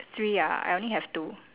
three ah I only have two